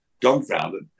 dumbfounded